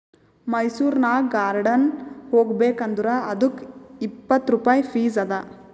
ಮೈಸೂರನಾಗ್ ಗಾರ್ಡನ್ ಹೋಗಬೇಕ್ ಅಂದುರ್ ಅದ್ದುಕ್ ಇಪ್ಪತ್ ರುಪಾಯಿ ಫೀಸ್ ಅದಾ